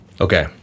Okay